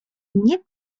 nie